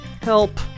Help